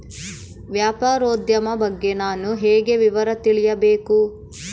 ವ್ಯಾಪಾರೋದ್ಯಮ ಬಗ್ಗೆ ನಾನು ಹೇಗೆ ವಿವರ ತಿಳಿಯಬೇಕು?